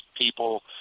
people